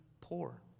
poor